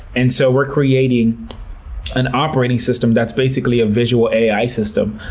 and so we're creating an operating system that's basically a visual ai system.